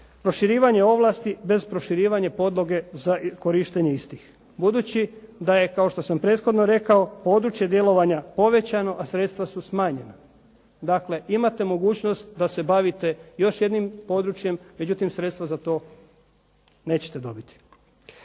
proširivanje ovlasti bez proširivanja podloge za korištenje istih. Budući da je kao što sam prethodno rekao područje djelovanja povećano, a sredstva su smanjena. Dakle, imate mogućnost da se bavite još jednim područjem, međutim sredstva za to nećete dobiti.